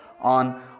on